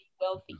wealthy